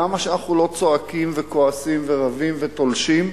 כמה שאנחנו לא צועקים וכועסים ורבים ותולשים,